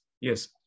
Yes